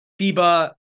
FIBA